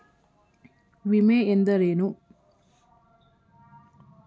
ವಿಮೆ ಎಂದರೇನು?